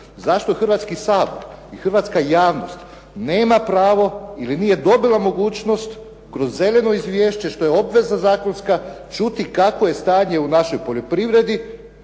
zašto Hrvatski sabor i hrvatska javnost nema pravo ili nije dobila mogućnost kroz zeleno izvješće što je obveza zakonska čuti kakvo je stanje u našoj poljoprivredi,